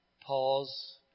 Pause